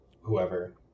whoever